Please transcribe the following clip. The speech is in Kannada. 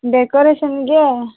ಡೆಕೋರೇಷನ್ಗೆ